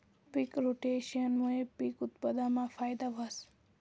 पिक रोटेशनमूये पिक उत्पादनमा फायदा व्हस